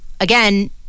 again